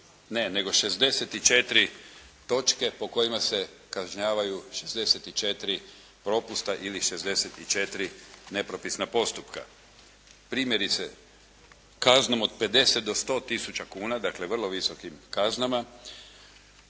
ne nego 64 točke po kojima se kažnjavaju 64 propusta ili 64 nepropisna postupka. Primjerice kaznom od 50 do 100 tisuća kuna, dakle vrlo visokim kaznama